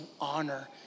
honor